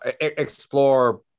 explore